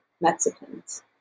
Mexicans